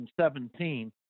2017